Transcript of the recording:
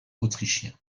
autrichien